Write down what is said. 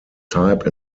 type